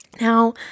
Now